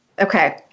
Okay